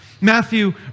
Matthew